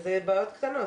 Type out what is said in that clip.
אלה בעיות קטנות.